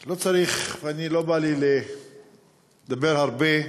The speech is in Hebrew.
לא צריך, ולא בא לי לדבר הרבה.